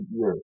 years